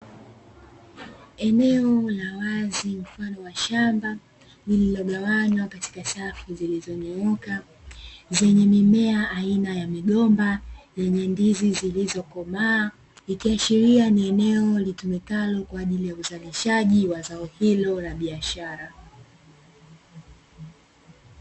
Eneo la wazi mfano wa shamba lililogawanywa katika safu zilizonyooka, zenye mimea aina ya migomba yenye ndizi zilizokomaa, ikiashiria ni eneo litumikalo kwa ajili ya uzalishaji wa zao hilo la biashara.